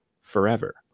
forever